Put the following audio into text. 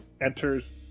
enters